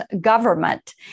government